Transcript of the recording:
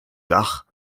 dach